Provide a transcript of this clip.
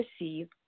receive